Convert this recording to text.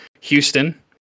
houston